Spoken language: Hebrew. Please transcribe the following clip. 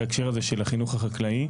בהקשר הזה של החינוך החקלאי.